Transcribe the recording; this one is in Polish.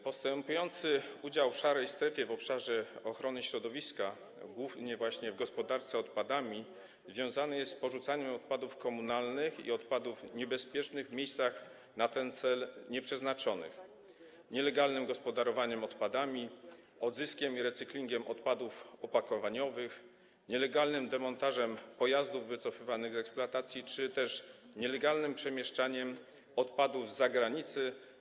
Postępujący udział szarej strefy w obszarze ochrony środowiska, głównie właśnie w gospodarce odpadami, związany jest z porzucaniem odpadów komunalnych i odpadów niebezpiecznych w miejscach na ten cel nieprzeznaczonych, nielegalnym gospodarowaniem odpadami, odzyskiem i recyklingiem odpadów opakowaniowych, nielegalnym demontażem pojazdów wycofywanych z eksploatacji czy też nielegalnym przemieszczaniem odpadów z zagranicy.